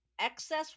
excess